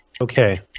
Okay